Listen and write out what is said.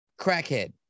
crackhead